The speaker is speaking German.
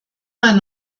mein